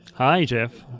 hi, jeff.